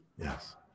Yes